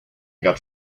got